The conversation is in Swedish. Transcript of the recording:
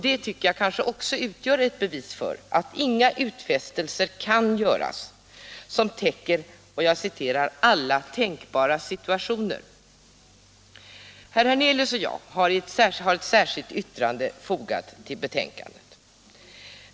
Det tycker jag också är ett bevis för att inga utfästelser kan göras som täcker ”alla tänkbara situationer”. Herr Hernelius och jag har fogat ett särskilt yttrande till betänkandet.